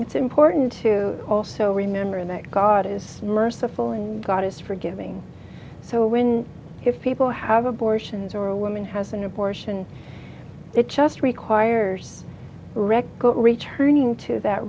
it's important to also remember that god is merciful and god is forgiving so when people have abortions or a woman has an abortion it just requires wrecked returning to that